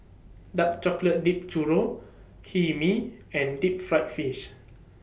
Dark Chocolate Dipped Churro Hae Mee and Deep Fried Fish